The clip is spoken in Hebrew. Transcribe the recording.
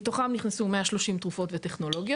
מתוכם נכנסו כ-130 תרופות וטכנולוגיות